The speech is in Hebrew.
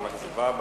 חבר הכנסת והבה,